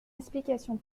explications